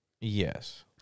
Yes